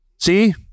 See